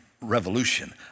revolution